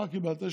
מה קיבלת?